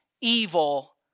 evil